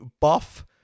buff